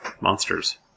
monsters